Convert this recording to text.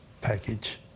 package